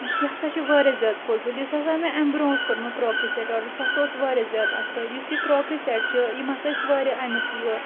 یہِ ہسا چھُ واریاہ زیادٕ فضوٗل یُس ہسا مےٚ اَمہِ برۄنٛہہ اوس کوٚرمُت کراکری سیٚٹ آرڈر سُہ ہسا اوس واریاہ زیادٕ اَصٕل یُس یہِ کراکری سیٚٹ چھُ یِم ہسا ٲسۍ واریاہ اَمُک یہِ